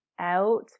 out